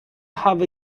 have